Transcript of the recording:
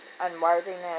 unworthiness